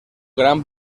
gran